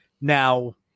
Now